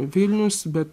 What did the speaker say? vilnius bet